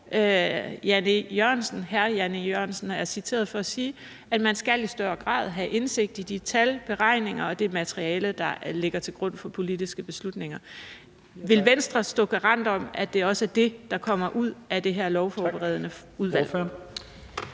E. Jørgensen er citeret for at sige, at man i større grad skal have indsigt i de tal og beregninger og det materiale, der ligger til grund for politiske beslutninger. Vil Venstre stå som garant for, at det også er det, der kommer ud af det her lovforberedende udvalg?